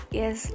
yes